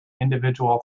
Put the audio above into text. individual